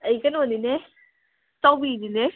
ꯑꯩ ꯀꯩꯅꯣꯅꯤꯅꯦ ꯆꯥꯎꯕꯤꯅꯤꯅꯦ